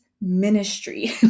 ministry